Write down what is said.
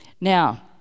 Now